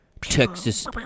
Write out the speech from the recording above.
Texas